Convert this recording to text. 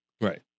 Right